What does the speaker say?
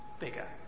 bigger